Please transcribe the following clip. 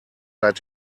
seit